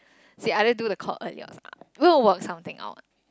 say I didn't do the clock earlier ah we will work something out